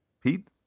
Pete